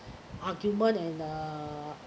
argument and uh